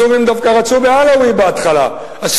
הסורים דווקא רצו בהתחלה בעלאווי,